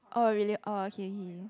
oh really oh okay okay